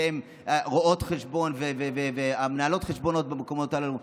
הן רואות חשבון ומנהלות החשבונות במקומות הללו.